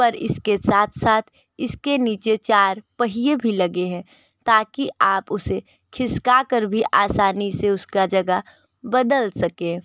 पर इसके साथ साथ इसके नीचे चार पहिये भी लगे हैं ताकि आप उसे खिसकाकर भी आसानी से उसका जगह बदल सकें